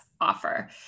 offer